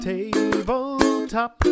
Tabletop